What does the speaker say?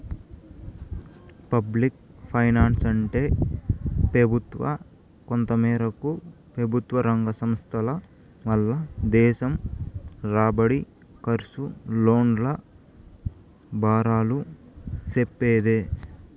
public ఫైనాన్సంటే పెబుత్వ, కొంతమేరకు పెబుత్వరంగ సంస్థల వల్ల దేశం రాబడి, కర్సు, లోన్ల బారాలు సెప్పేదే